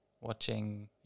watching